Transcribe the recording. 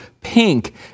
pink